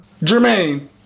Jermaine